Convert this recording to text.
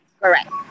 Correct